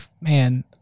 man